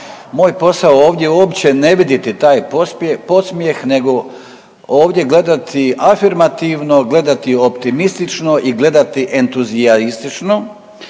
Moj posao ovdje uopće ne viditi taj podsmjeh nego ovdje gledati afirmativno, gledati optimistično i gledati entuzijaistično